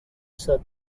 sir